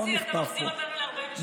מוסי, אתה מחזיר אותנו ל-48'?